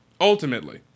Ultimately